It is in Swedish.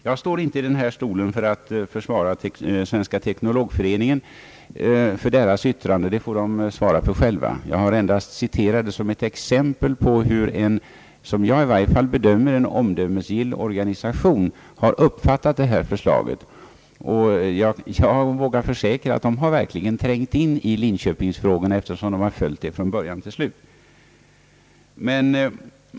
Jag står inte i denna talarstol för att försvara Svenska Teknologföreningen för dess yttrande. Det får den svara för själv. Jag har endast citerat det som ett exempel på hur — i varje fall såsom jag bedömer det — en omdömesgill organisation har uppfattat detta förslag. Jag vågar försäkra att föreningen verkligen har trängt in i linköpingsfrågorna, eftersom den har följt dem från början till slut.